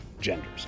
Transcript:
genders